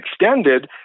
extended